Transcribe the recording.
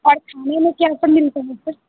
और खाने में क्या क्या मिलता है